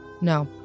No